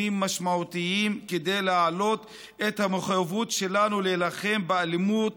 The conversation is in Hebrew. משמעותיים כדי להעלות את המחויבות שלנו להילחם באלימות